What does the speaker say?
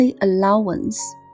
allowance